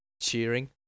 Cheering